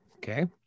Okay